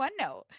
OneNote